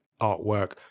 artwork